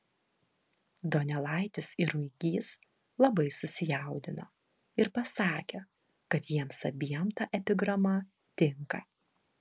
donelaitis ir ruigys labai susijaudino ir pasakė kad jiems abiem ta epigrama tinka